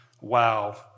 wow